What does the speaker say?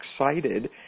excited